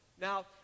Now